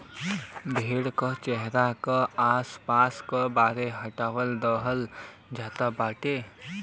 भेड़ के चेहरा के आस पास के बार हटा देहल जात बाटे